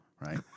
Right